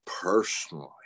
personally